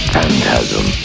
Phantasm